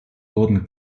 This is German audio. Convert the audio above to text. wurden